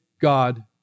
God